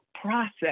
process